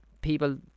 people